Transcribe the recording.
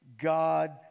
God